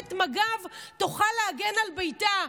שלוחמת מג"ב תוכל להגן על ביתה.